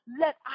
let